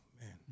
man